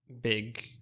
big